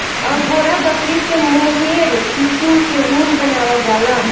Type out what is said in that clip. angora बकरी से mohair किसिम के ऊन बनावल जाला